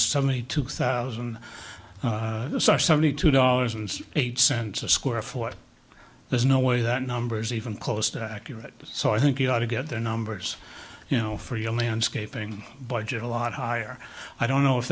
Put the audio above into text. seventy two thousand seventy two dollars and eight cents a square foot there's no way that number's even close to accurate so i think you ought to get the numbers you know for your landscaping budget a lot higher i don't know if